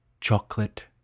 Chocolate